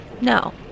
No